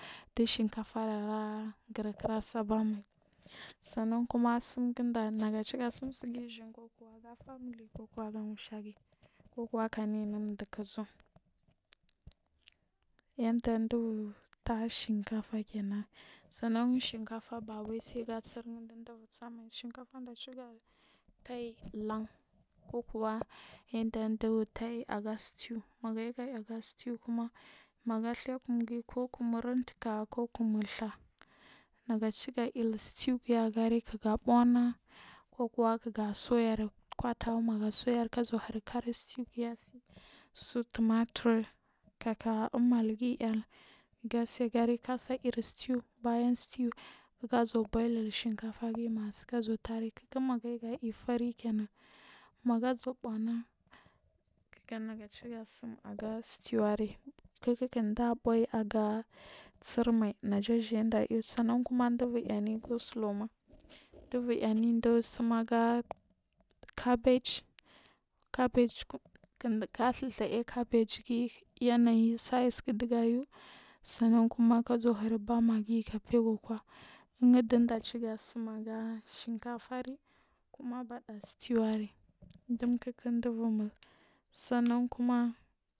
Di shinkafa ara gul kira sabamai sannankuma sumginɗa naciga tsim sigin ijiyin kokwaga family kokuwa ga mushagin kokuwa ganainu ɗuku uzhun yanɗa ɗubur tah shinkafakenan sannan shinkafa fawai ga tsir ɗiɗubur tanmai shikafa ga ciga taluyi ian kakuwa ga setewkuma maga ɗha kumgin ku kumur umtuka ko kumur ɗha nagacin gair setewgin agari kiga fuuh na kokuwa kiga soyarri kutegu ga zuwahir kkari stewgin asi su tumatur kaka umalgin ar gase ir sstew bayan sstew ga zuwa bouling shinkafagi maga su tari kenen kik ma gayi ga ifarikenan maga zuw a bichna negachi gatsum aga stew ari kik da buuyi aga tsirmai na ta jiyin da iyi sannan kuma vu bur aini gosuluwma ɗubu ainiɗa sum aga kabeg ga ɗha ɗhaya kaba g gi yanayin scis ɗiga yu sannan kuma gasai hir bammagi gafego kwa indidaci gatsum aga shinkafa ri kuma baɗa stew wari ɗumkiki ɗubur mul sannnan kuma.